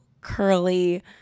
curly